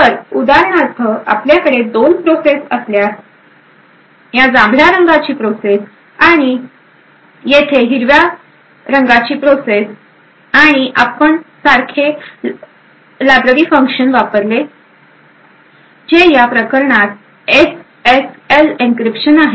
तर उदाहरणार्थ आपल्याकडे दोन प्रोसेस असल्यास या जांभळ्या रंगाची प्रोसेस आणि येथे हिरव्या रंगाची प्रोसेस आणि आपण सारखे लायब्ररी फंक्शन वापरले जे या प्रकरणात एसएसएल एन्क्रिप्शन आहे